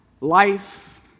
Life